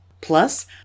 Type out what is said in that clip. Plus